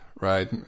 right